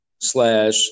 slash